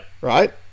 Right